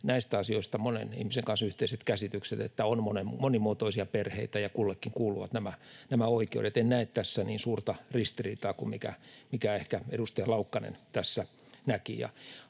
näistä asioista monen ihmisen kanssa yhteiset käsitykset: on monimuotoisia perheitä ja kullekin kuuluvat nämä oikeudet. En näe tässä niin suurta ristiriitaa kuin minkä edustaja Laukkanen tässä ehkä